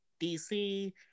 DC